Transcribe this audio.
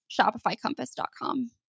shopifycompass.com